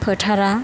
फोथारा